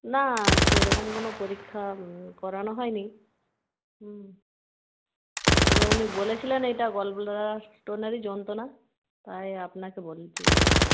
না সেরকম কোনো পরীক্ষা করানো হয়নি হুঁ তবে উনি বলেছিলেন এইটা গলব্লাডার স্টোনেরই যন্ত্রনা তাই আপনাকে বলছি আর কি